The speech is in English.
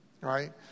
right